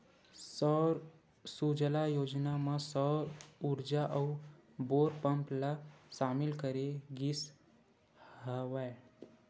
सौर सूजला योजना म सौर उरजा अउ बोर पंप ल सामिल करे गिस हवय